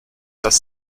das